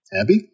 Abby